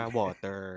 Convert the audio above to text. water